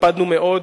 הקפדנו מאוד,